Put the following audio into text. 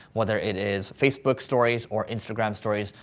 whether it is facebook stories or instagram stories.